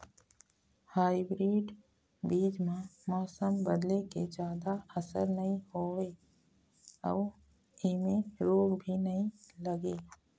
hybrid बीज म मौसम बदले के जादा असर नई होवे अऊ ऐमें रोग भी नई लगे